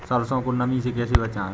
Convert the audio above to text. सरसो को नमी से कैसे बचाएं?